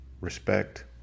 respect